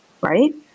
right